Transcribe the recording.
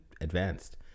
advanced